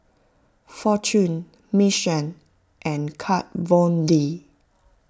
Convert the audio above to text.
fortune Mission and Kat Von D